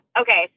Okay